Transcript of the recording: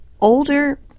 older